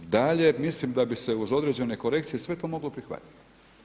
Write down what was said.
Dalje, mislim da bi se uz određene korekcije sve to moglo prihvatiti.